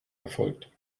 erfolgt